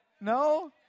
No